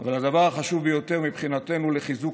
אבל הדבר החשוב ביותר מבחינתנו לחיזוק